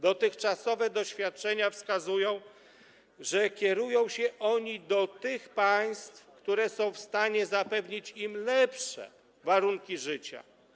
Dotychczasowe doświadczenia wskazują, że kierują się oni do tych państw, które są w stanie zapewnić im lepsze warunki życia.